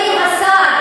אדוני השר,